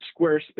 Squarespace